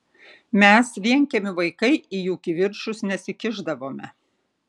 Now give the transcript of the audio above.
mes vienkiemių vaikai į jų kivirčus nesikišdavome